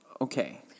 Okay